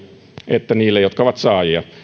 että niille jotka ovat saajia